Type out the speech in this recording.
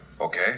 okay